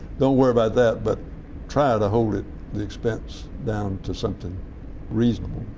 don't worry about that but try to hold it the expense down to something reasonable.